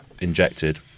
injected